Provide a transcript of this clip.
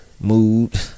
mood